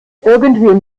irgendwem